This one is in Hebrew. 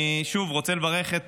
אני שוב רוצה לברך את